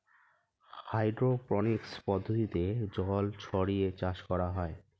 hydroponics পদ্ধতিতে জল ছড়িয়ে চাষ করা হয়